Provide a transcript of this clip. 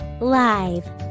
live